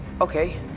Okay